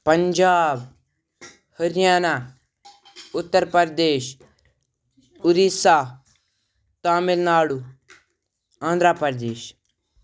Punjab Haryana Uttar Pradesh Orissa Tamil Nadu Andhra Pradesh